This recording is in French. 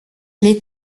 les